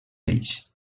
ells